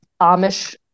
Amish